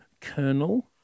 Colonel